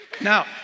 Now